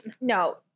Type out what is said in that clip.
No